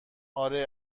اره